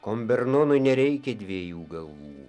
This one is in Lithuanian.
kombernonui nereikia dviejų galvų